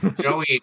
Joey